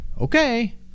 okay